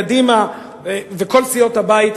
קדימה וכל סיעות הבית,